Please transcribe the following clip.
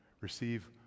Receive